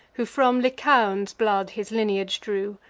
who from lycaon's blood his lineage drew.